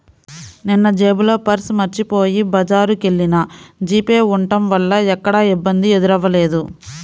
నిన్నజేబులో పర్సు మరచిపొయ్యి బజారుకెల్లినా జీపే ఉంటం వల్ల ఎక్కడా ఇబ్బంది ఎదురవ్వలేదు